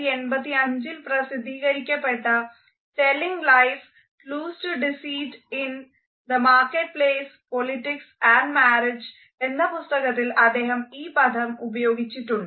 1985ൽ പ്രസിദ്ധീകരിക്കപ്പെട്ട telling lies clues to deceit in marketplace politics and marriage എന്ന പുസ്തകത്തിൽ അദ്ദേഹം ഈ പദം ഉപയോഗിച്ചിട്ടുണ്ട്